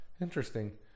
interesting